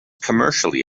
commercially